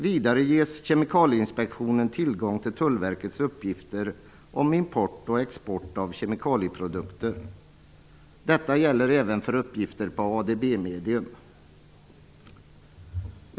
Vidare ges Kemikalieinspektionen tillgång till Tullverkets uppgifter om import och export av kemikalieprodukter. Detta gäller även för uppgifter på ADB-medium.